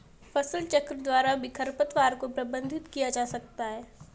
फसलचक्र द्वारा भी खरपतवार को प्रबंधित किया जा सकता है